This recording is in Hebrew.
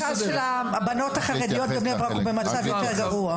המרכז של הבנות החרדיות בבני ברק במקום יותר גרוע.